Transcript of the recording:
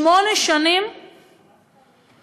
שמונה שנים בסטרס,